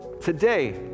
today